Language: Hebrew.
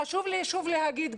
חשוב לי שוב להגיד,